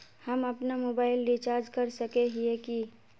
हम अपना mobile recharge कर सकय हिये की?